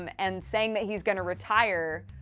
um and saying that he's gonna retire.